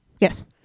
Yes